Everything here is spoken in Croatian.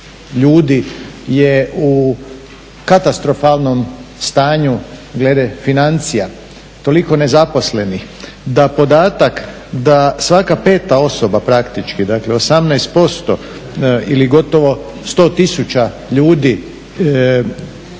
ljudi u katastrofalnom stanju glede financija, toliko nezaposlenih da podatak da svaka peta osoba praktički 18% ili gotovo 100 tisuća ljudi